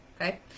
okay